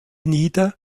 nieder